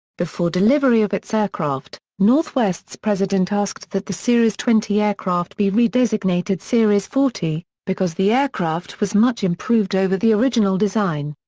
before delivery of its aircraft, northwest's president asked that the series twenty aircraft be redesignated series forty because the aircraft was much improved over the original design.